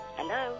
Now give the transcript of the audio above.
Hello